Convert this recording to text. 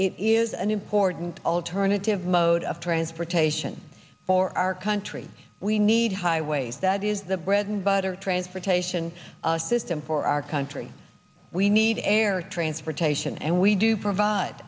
is an important alternative mode of transportation for our country we need highways that is the bread and butter transportation system for our country we need air transportation and we do provide